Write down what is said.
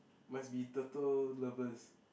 must be turtle lovers